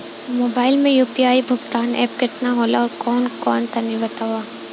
Mobile म UPI भुगतान app केतना होला आउरकौन कौन तनि बतावा?